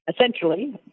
essentially